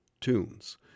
tunes